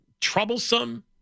troublesome